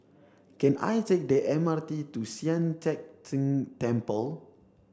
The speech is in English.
can I take the M R T to Sian Teck Tng Temple